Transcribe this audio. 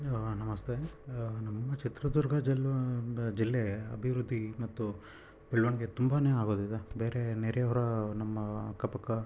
ನಮಸ್ತೆ ನಮ್ಮ ಚಿತ್ರದುರ್ಗ ಜಿಲ್ಲೆ ಒಂದು ಜಿಲ್ಲೆ ಅಭಿವೃದ್ದಿ ಮತ್ತು ಬೆಳವಣಿಗೆ ತುಂಬನೇ ಆಗೋದಿದೆ ಬೇರೆ ನೆರೆಹೊರೆಯವರ ನಮ್ಮಅಕ್ಕಪಕ್ಕ